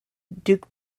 duke